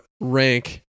rank